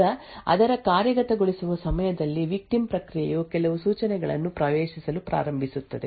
ಈಗ ಅದರ ಕಾರ್ಯಗತಗೊಳಿಸುವ ಸಮಯದಲ್ಲಿ ವಿಕ್ಟಿಮ್ ಪ್ರಕ್ರಿಯೆಯು ಕೆಲವು ಸೂಚನೆಗಳನ್ನು ಪ್ರವೇಶಿಸಲು ಪ್ರಾರಂಭಿಸುತ್ತದೆ